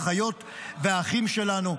האחיות והאחים שלנו,